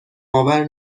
آور